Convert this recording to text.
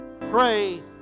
Pray